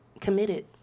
committed